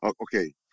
okay